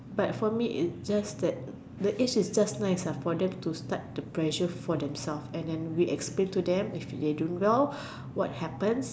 but for me is just that the age is just nice for them to start the pressure for themself and then we explain to them if they didn't do well what will happen